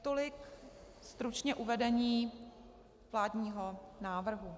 Tolik stručně uvedení vládního návrhu.